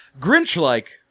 Grinch-like